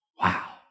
Wow